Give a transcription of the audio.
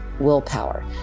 willpower